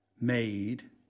made